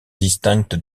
distinctes